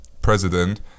president